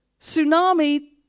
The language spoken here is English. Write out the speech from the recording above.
tsunami